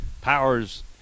Powers